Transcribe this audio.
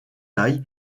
taille